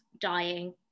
dying